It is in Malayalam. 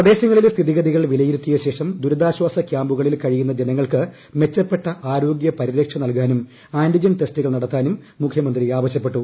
പ്രദേശങ്ങളിലെ സ്ഥിതിഗതികൾ വിലയിരുത്തിയശേഷം ദുരുിത്യാശ്ചാസ ക്യാമ്പുകളിൽ കഴിയുന്ന ജനങ്ങൾക്ക് മെച്ചപ്പെട്ടി ആരോഗ്യ പരിരക്ഷ നൽകാനും ആന്റിജൻ ടെസ്റ്റുകൾ ് ന്ടത്താനും മുഖ്യമന്ത്രി ആവശ്യപ്പെട്ടു